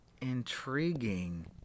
Intriguing